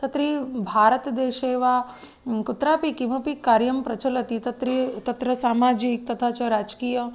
तत्रेव भारतदेशे वा कुत्रापि किमपि कार्यं प्रचलति तत्र तत्र सामाजिकं तथा च राजकीय